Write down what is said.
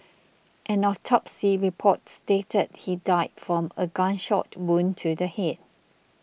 an autopsy report stated he died from a gunshot wound to the head